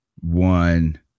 one